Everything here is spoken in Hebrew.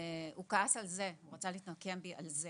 והוא כעס על זה, הוא רצה להתנקם בי על זה.